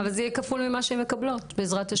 אבל זה יהיה כפול ממה שהם מקבלות בעזרת הם.